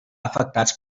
afectats